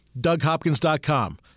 DougHopkins.com